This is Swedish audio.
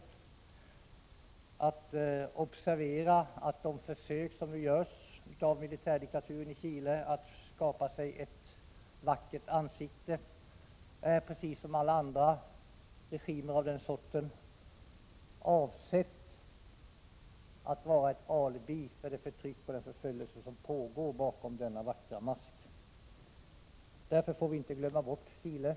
Riksdagen måste observera att de försök som nu görs av militärdiktaturen i Chile att skapa sig ett vackert ansikte är — precis som hos alla andra regimer av den sorten — avsett att vara ett alibi för det förtryck och förföljelse som pågår bakom den vackra masken. Vi får inte glömma bort Chile.